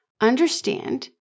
understand